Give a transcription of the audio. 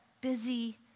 busy